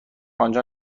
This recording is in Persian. آنجا